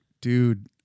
dude